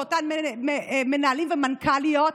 אותן מנהלות ומנכ"ליות.